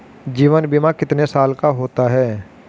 जीवन बीमा कितने साल का होता है?